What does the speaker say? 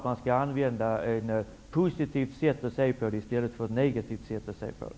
Man skall ha ett positivt i stället för ett negativt sätt att se på frågan.